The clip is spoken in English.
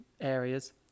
areas